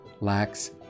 lacks